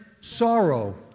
sorrow